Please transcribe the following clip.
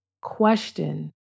Question